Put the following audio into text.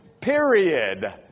Period